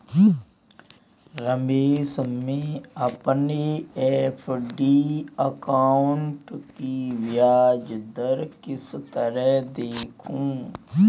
रमेश मैं अपने FD account की ब्याज दर किस तरह देखूं?